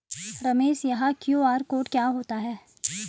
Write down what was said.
रमेश यह QR code क्या होता है?